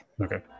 Okay